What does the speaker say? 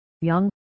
young